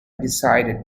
decided